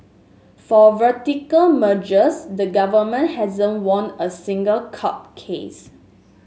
for vertical mergers the government hasn't won a single court case